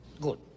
Good